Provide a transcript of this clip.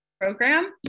program